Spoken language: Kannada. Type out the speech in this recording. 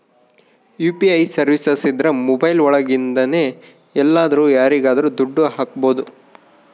ಯು.ಪಿ.ಐ ಸರ್ವೀಸಸ್ ಇದ್ರ ಮೊಬೈಲ್ ಒಳಗಿಂದನೆ ಎಲ್ಲಾದ್ರೂ ಯಾರಿಗಾದ್ರೂ ದುಡ್ಡು ಹಕ್ಬೋದು